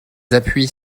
appuis